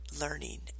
learning